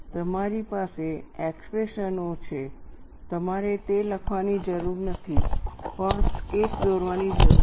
તમારી પાસે એક્સપ્રેશનઓ છે તમારે તે લખવાની જરૂર નથી પણ સ્કેચ દોરવાની જરૂર છે